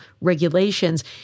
regulations